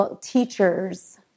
teachers